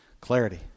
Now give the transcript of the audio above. Clarity